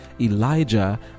Elijah